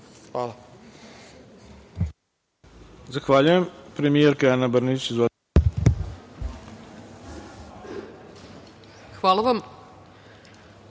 Hvala.